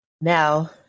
Now